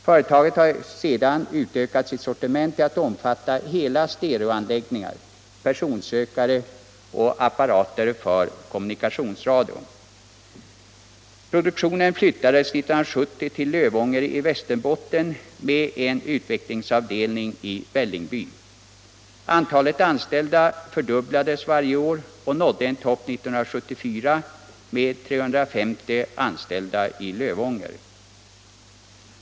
Företaget har sedan utökat sitt sortiment till att omfatta hela stereoanläggningar, personsökare och apparater för kommunikationsradio. Produktionen flyttades 1970 till Lövånger i Västerbotten med en utvecklingsavdelning i Vällingby. Antalet anställda fördubblades varje år och nådde en topp 1974 med 350 anställda i Lövånger.